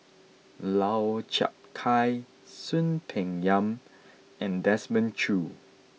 Lau Chiap Khai Soon Peng Yam and Desmond Choo